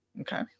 Okay